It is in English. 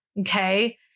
okay